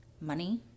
money